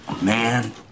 man